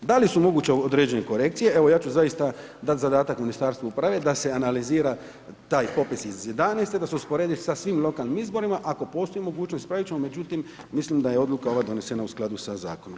Da li su moguće određene korekcije, evo ja ću zaista dat zadatak Ministarstvu uprave da se analizira taj popis iz '11. da se usporedi sa svim lokalnim izborima, ako postoji mogućnost ispravit ćemo, međutim mislim da je odluka ova donesena u skladu sa zakonom.